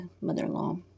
mother-in-law